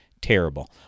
terrible